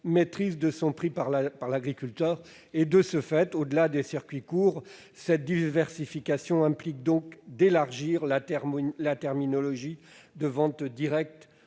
maîtrise de son prix par l'agriculteur. De ce fait, au-delà des circuits courts, cette diversification implique d'élargir la terminologie de vente directe